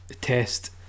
test